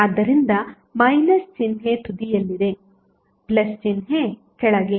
ಆದ್ದರಿಂದ ಮೈನಸ್ ಚಿಹ್ನೆ ತುದಿಯಲ್ಲಿದೆ ಪ್ಲಸ್ ಚಿಹ್ನೆ ಕೆಳಗೆ